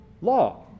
law